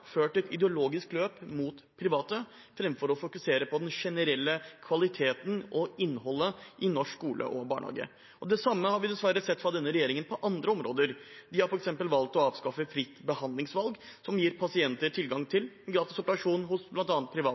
ført et ideologisk løp mot private framfor å fokusere på den generelle kvaliteten og innholdet i norsk skole og barnehage. Det samme har vi dessverre sett fra denne regjeringen på andre områder. Den har f.eks. valgt å avskaffe fritt behandlingsvalg, som gir pasienter tilgang til gratis operasjon hos